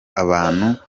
abantu